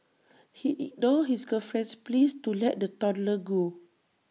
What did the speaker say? he ignored his girlfriend's pleas to let the toddler go